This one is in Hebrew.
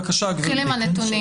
נתחיל עם הנתונים.